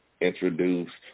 introduced